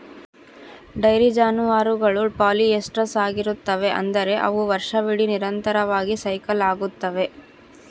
dairy ಜಾನುವಾರುಗಳು polyestrous ಆಗಿರುತ್ತವೆ, ಅಂದರೆ ಅವು ವರ್ಷವಿಡೀ ನಿರಂತರವಾಗಿ ಸೈಕಲ್ ಆಗುತ್ತವೆ